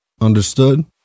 Understood